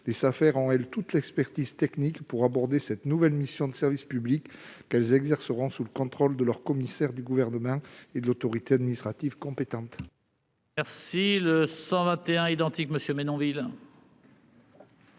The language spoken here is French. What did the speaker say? Les Safer ont, elles, toute l'expertise technique pour aborder cette nouvelle mission de service public, qu'elles exerceront sous le contrôle de leur commissaire du Gouvernement et de l'autorité administrative compétente.